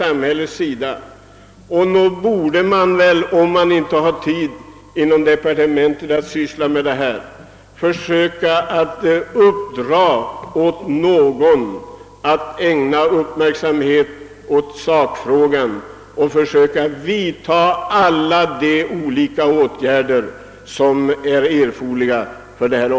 Om man i departementet inte har tid att syssla med denna fråga, borde man väl ändå kunna uppdra åt någon annan att ägna sakfrågan uppmärksamhet och försöka vidta alla de åtgärder som är erforderliga.